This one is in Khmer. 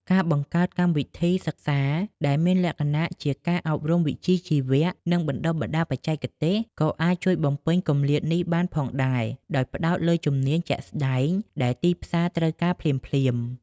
ការបង្កើតកម្មវិធីសិក្សាដែលមានលក្ខណៈជា ការអប់រំវិជ្ជាជីវៈ និងបណ្តុះបណ្តាលបច្ចេកទេស ក៏អាចជួយបំពេញគម្លាតនេះបានផងដែរ ដោយផ្តោតលើជំនាញជាក់ស្តែងដែលទីផ្សារត្រូវការភ្លាមៗ។